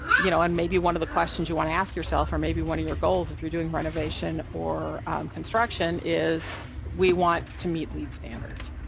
you know, and maybe one of the questions you want to ask yourself, or maybe one of your goals if you're doing renovation or construction, is we want to meet leed standards,